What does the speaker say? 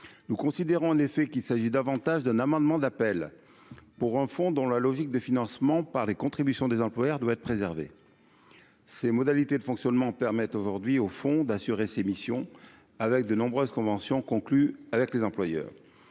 nous considérons en effet qu'il s'agit davantage d'un amendement d'appel pour un fond dans la logique de financement par les contributions des employeurs doit être préservé ses modalités de fonctionnement permet aujourd'hui au fond d'assurer ses missions avec de nombreuses conventions conclues avec les employeurs